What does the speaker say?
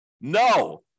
No